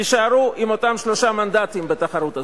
תישארו עם אותם שלושה מנדטים בתחרות הזאת.